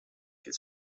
his